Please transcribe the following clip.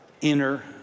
inner